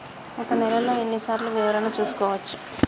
ఒక నెలలో ఎన్ని సార్లు వివరణ చూసుకోవచ్చు?